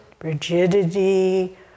rigidity